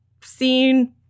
seen